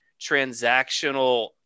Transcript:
transactional